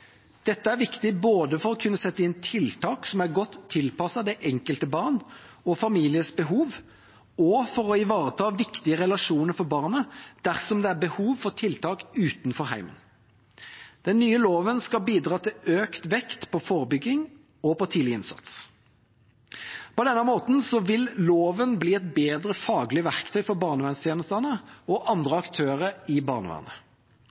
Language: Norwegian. Dette er viktig både for å kunne sette inn tiltak som er godt tilpasset det enkelte barns og familienes behov, og for å ivareta viktige relasjoner for barnet dersom det er behov for tiltak utenfor hjemmet. Den nye loven skal bidra til økt vekt på forebygging og tidlig innsats. På denne måten vil loven bli et bedre faglig verktøy for barnevernstjenestene og andre aktører i barnevernet.